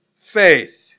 faith